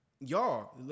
y'all